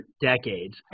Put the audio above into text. decades